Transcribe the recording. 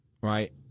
Right